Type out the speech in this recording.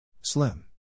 Slim